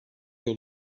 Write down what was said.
yol